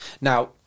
Now